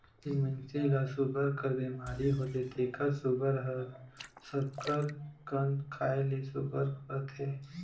जेन मइनसे ल सूगर कर बेमारी होथे तेकर सूगर हर सकरकंद खाए ले सुग्घर रहथे